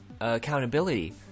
accountability